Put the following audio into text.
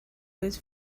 was